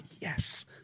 yes